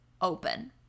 open